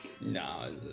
No